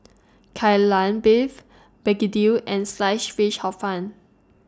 Kai Lan Beef Begedil and Sliced Fish Hor Fun